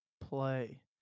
play